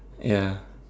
ya